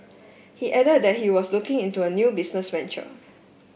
he added that he was looking into a new business venture